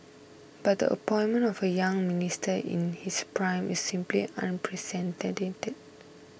but the appointment of a young Minister in his prime is simply unprecedented